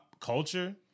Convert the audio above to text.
culture